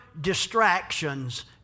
distractions